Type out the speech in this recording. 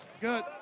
Good